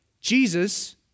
Jesus